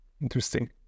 Interesting